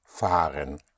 Fahren